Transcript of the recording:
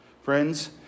Friends